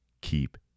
keep